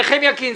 נחמיה קינד,